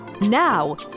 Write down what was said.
Now